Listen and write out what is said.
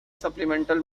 supplemental